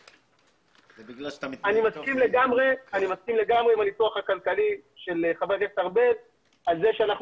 אני מסכים לגמרי עם הניתוח הכלכלי של חבר הכנסת ארבל על כךם שאנחנו